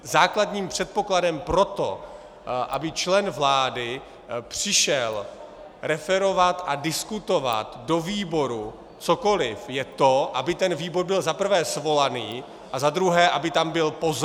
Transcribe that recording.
Základním předpokladem pro to, aby člen vlády přišel referovat a diskutovat do výboru cokoli, je to, aby ten výbor byl za prvé svolaný a za druhé, aby tam byl pozvaný.